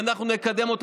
ואנחנו נקדם אותה.